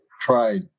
tried